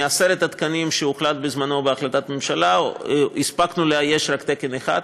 מעשרת התקנים שהוחלט עליהם בהחלטת ממשלה הספקנו לאייש רק תקן אחד,